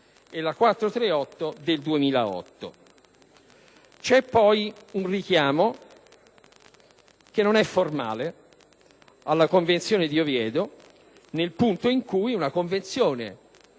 e la n. 438 del 2008. C'è poi un richiamo, che non è formale, alla Convenzione di Oviedo, nel punto in cui la Convenzione,